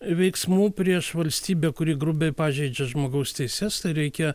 veiksmų prieš valstybę kuri grubiai pažeidžia žmogaus teises tai reikia